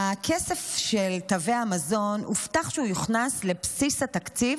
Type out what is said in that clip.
הובטח שהכסף של תווי המזון יוכנס לבסיס התקציב,